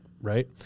right